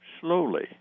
slowly